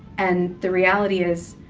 and the reality is,